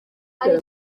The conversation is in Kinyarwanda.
ari